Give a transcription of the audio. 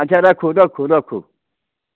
अच्छा रखु रखु रखु